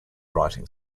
writing